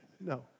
No